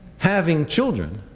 having children,